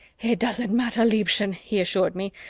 it doesn't matter, liebchen, he assured me.